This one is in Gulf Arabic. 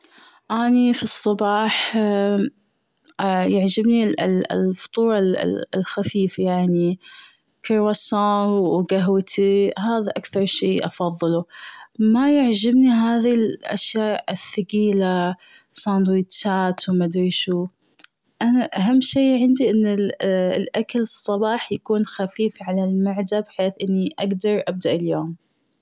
أني في الصباح يعجبني ال-الفطور ال-ال-الخفيف يعني فيه وقهوتي هذا أكثر شيء افضله ما يعجبني هذي الأشياء الثقيلة سندوتشات وما ادري شو؟! أنا أهم شيء عندي أن الأكل الصباح يكون خفيف على المعدة بحيث أني أقدر أبدأ اليوم.